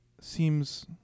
seems